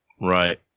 Right